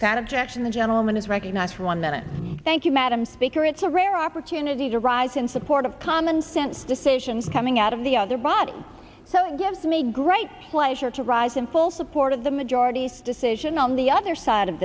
objection the gentleman is recognized for one minute thank you madam speaker it's a rare opportunity to rise in support of common sense decisions coming out of the other body so it gives me great pleasure to rise in full support of the majority's decision on the other side of